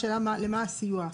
למה הסיוע.